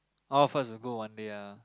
all first will go one day ah